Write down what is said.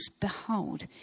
behold